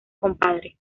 compadre